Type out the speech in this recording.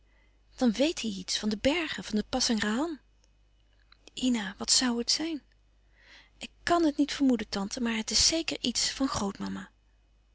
dan weet hij iets van de bergen van de pasangrahan ina wat zoû het zijn ik kàn het niet vermoeden tante maar het is zeker iets van